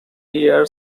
year